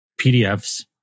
PDFs